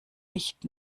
nicht